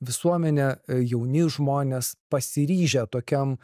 visuomenė jauni žmonės pasiryžę tokiam